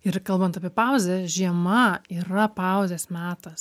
ir kalbant apie pauzę žiema yra pauzės metas